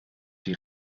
die